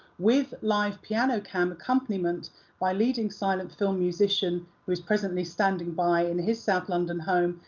with live piano-cam accompaniment by leading silent film musician, who is presently standing by, in his south london home,